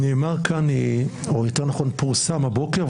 פורסם הבוקר,